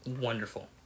wonderful